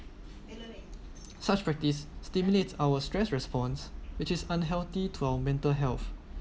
such practice stimulates our stress response which is unhealthy to our mental health